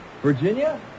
Virginia